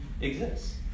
exists